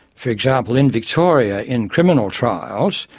for example, in victoria in criminal trials,